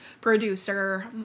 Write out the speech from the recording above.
producer